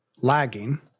lagging